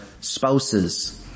spouses